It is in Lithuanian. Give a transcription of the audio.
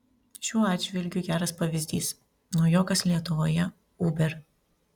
šiuo atžvilgiu geras pavyzdys naujokas lietuvoje uber